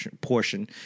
portion